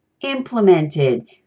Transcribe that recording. implemented